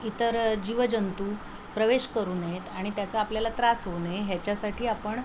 इतर जीवजंतू प्रवेश करू नयेत आणि त्याचा आपल्याला त्रास होऊ नये ह्याच्यासाठी आपण